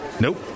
Nope